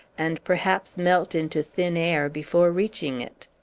and perhaps melt into thin air before reaching it.